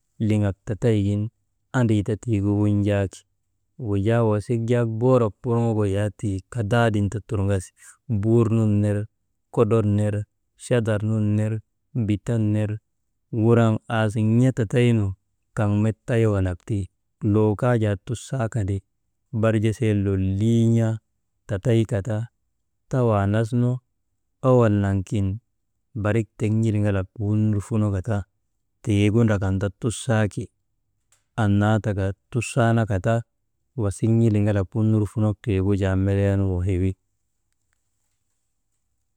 Liŋak tataygin andri ta tii gu wunjaaki. Wujaa wasik yak boorok worŋogu jaa kadaadin ta turŋasi. Boor nun ner kodron ner, chadar un ner bitan ner, wurŋan asin n̰a tataynu kaŋ met tayawndak ti loo kaa jaa tusaakandi, barjisee lolii n̰a tatayka ta, tawaa nas nu owol nak kin barik tek n̰iliŋalak wundurfunokata, tiigu ndrakan ta tussaaki, annaa taka tusaanakata, wasik n̰iliŋalak wundurfunok tiigu jaa meleenu waywi.